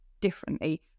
differently